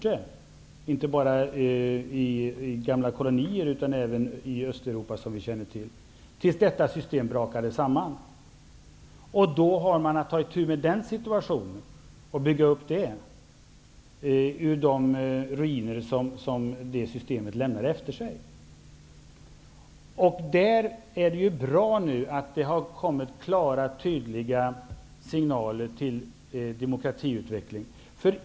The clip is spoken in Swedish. Det skedde inte bara i gamla kolonier, utan även i Östeuropa, vilket vi känner till, tills detta system brakade samman. Då har man att ta itu med den situationen och bygga upp något ur de ruiner som det systemet lämnade efter sig. Det är ju bra att det nu har kommit klara och tydliga signaler till demokratiutveckling.